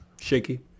Shaky